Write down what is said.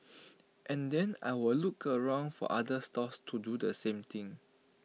and then I'll look around for other stalls to do the same thing